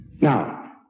Now